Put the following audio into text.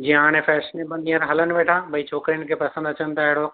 जीअं हाणे फेशनेबल हींअर हलनि वेठा भई छोकिरियुनि खे पसंदि अचनि त अहिड़ो